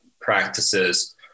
practices